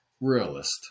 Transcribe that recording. realist